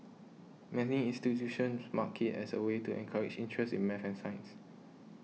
many institutions mark it as a way to encourage interest in math and science